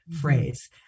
phrase